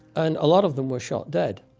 and a lot of them were shot dead.